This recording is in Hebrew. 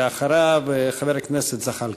אחריו, חבר הכנסת זחאלקה.